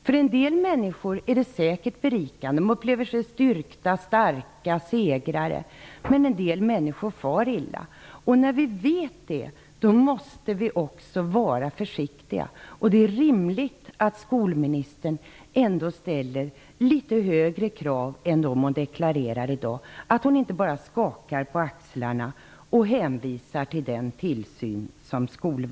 För en del människor är det säkert berikande -- de upplever sig styrkta, starka och som segrare -- men en del människor far illa. När vi vet det måste vi också vara försiktiga. Det är rimligt att skolministern ställer litet högre krav än hon deklarerar i dag och att hon inte bara skakar på axlarna och hänvisar till den tillsyn som